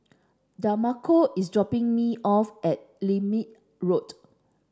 Demarco is dropping me off at Lermit Road